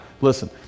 listen